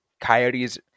Coyotes